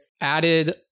added